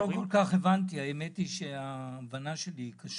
לא כל כך הבנתי, האמת שההבנה שלי היא קשה.